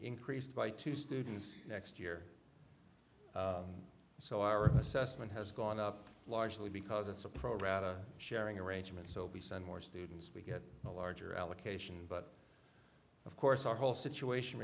increased by two students next year so our assessment has gone up largely because it's a program sharing arrangement so be some more students we get a larger allocation but of course our whole situation